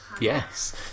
Yes